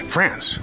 France